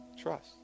trust